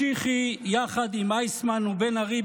יחד עם אייסמן ובן ארי,